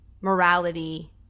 morality